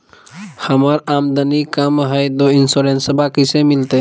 हमर आमदनी कम हय, तो इंसोरेंसबा कैसे मिलते?